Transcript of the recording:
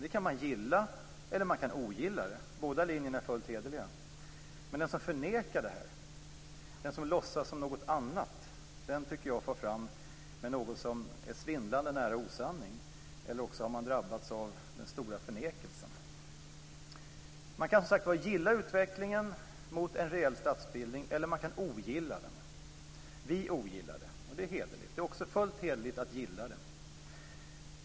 Det kan man gilla eller ogilla - båda linjerna är fullt hederliga. Men den som förnekar det, som låtsas som om det är något annat, far fram med något som är svindlande nära osanning. Eller också har man drabbats av den stora förnekelsen. Man kan, som sagt var, gilla utvecklingen mot en reell statsbildning eller ogilla den. Vi ogillar den, och det är hederligt. Det är också fullt hederligt att gilla den.